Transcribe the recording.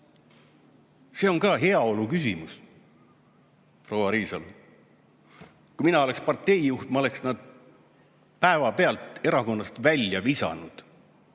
See on ka heaolu küsimus, proua Riisalo. Kui mina oleksin partei juht, ma oleksin nad päevapealt erakonnast välja visanud.